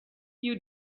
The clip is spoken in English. you